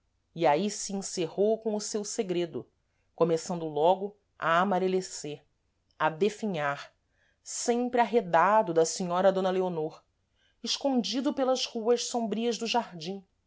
e aí se encerrou com o seu segredo começando logo a amarelecer a definhar sempre arredado da senhora d leonor escondido pelas ruas sombrias do jardim